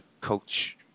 coach